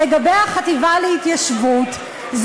לגבי החטיבה להתיישבות,